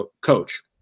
coach